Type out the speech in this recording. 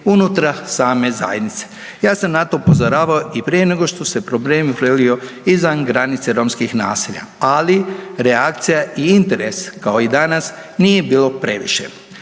unutar same zajednice. Ja sam na to upozoravao i prije nego što se problem prelio izvan granice romskih naselja, ali reakcija i interes kao i danas nije bilo previše.